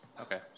Okay